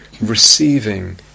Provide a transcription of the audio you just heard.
receiving